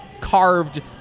carved